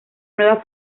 nueva